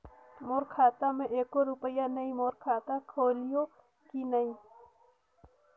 मोर खाता मे एको रुपिया नइ, मोर खाता खोलिहो की नहीं?